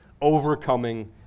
overcoming